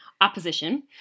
opposition